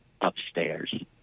upstairs